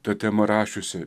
ta tema rašiusi